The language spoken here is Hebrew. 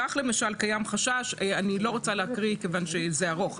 אני לא רוצה להקריא מכיוון שזה ארוך.